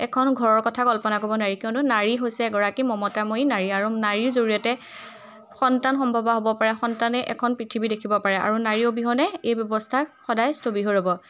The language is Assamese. এখন ঘৰৰ কথা কল্পনা ক'ব নোৱাৰি কিয়নো নাৰী হৈছে এগৰাকী মমতাময়ী নাৰী আৰু নাৰীৰ জৰিয়তে সন্তান সম্ভৱা হ'ব পাৰে সন্তানে এখন পৃথিৱী দেখিব পাৰে আৰু নাৰী অবিহনে এই ব্যৱস্থা সদায় স্থবিৰ হৈ ৰ'ব